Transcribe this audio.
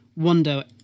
Wonder